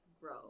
grow